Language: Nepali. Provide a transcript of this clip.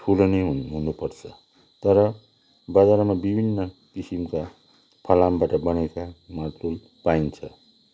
ठुलो नै हुन हुनुपर्छ तर बजारमा विभिन्न किसिमका फलामबाट बनेका मार्तोल पाइन्छ